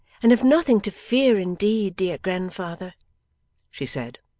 and have nothing to fear indeed, dear grandfather she said.